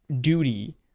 duty